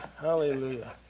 Hallelujah